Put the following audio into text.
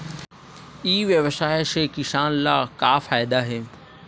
ई व्यवसाय से किसान ला का फ़ायदा हे?